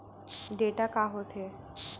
Data का होथे?